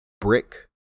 brick